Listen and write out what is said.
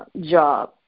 job